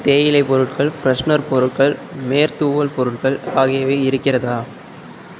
தேயிலை பொருட்கள் ஃப்ரெஷனர் பொருட்கள் மேற்தூவல் பொருட்கள் ஆகியவை இருக்கிறதா